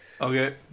Okay